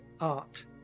art